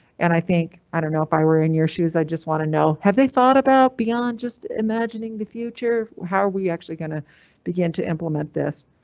and i think i don't know if i were in your shoes, i just want to know, have they thought about beyond just imagining the future? how are we actually going to begin to implement this?